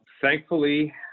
thankfully